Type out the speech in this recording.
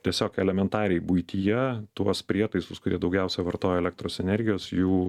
tiesiog elementariai buityje tuos prietaisus kurie daugiausia vartoja elektros energijos jų